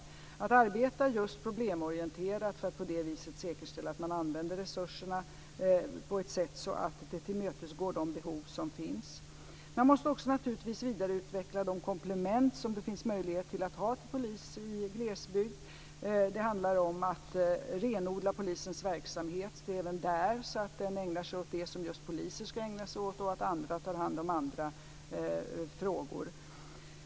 Det handlar just om att arbeta problemorienterat för att på det viset säkerställa att man använder resurserna på ett sådant sätt att det tillmötesgår de behov som finns. Man måste också naturligtvis vidareutveckla de komplement till poliser som det finns möjlighet att ha i glesbygd. Det handlar även där om att renodla polisens verksamhet så att den ägnar sig åt just det som poliser ska ägna sig åt och att andra tar hand om andra frågor.